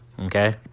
okay